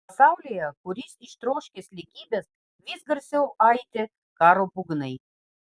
pasaulyje kuris ištroškęs lygybės vis garsiau aidi karo būgnai